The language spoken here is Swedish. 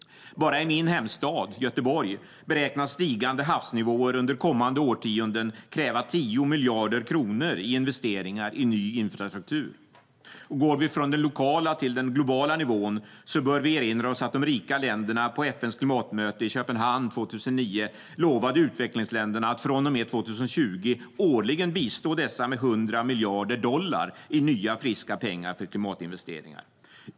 Bara i min hemstad, Göteborg, beräknas stigande havsnivåer under kommande årtionden kräva 10 miljarder kronor i investeringar i ny infrastruktur. För att gå från den lokala till den globala nivån bör vi erinra oss att de rika länderna på FN:s klimatmöte i Köpenhamn 2009 lovade att de från och med 2020 årligen skulle bistå utvecklingsländerna med 100 miljarder dollar i nya friska pengar för klimatinvesteringar.